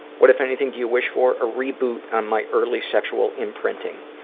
what, if anything, do you wish for? a reboot on my early sexual imprinting.